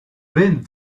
wind